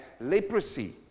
leprosy